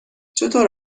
چطور